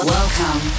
Welcome